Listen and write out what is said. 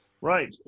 Right